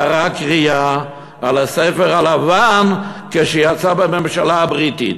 קרע קריעה על הספר הלבן כשיצא בממשלה הבריטית.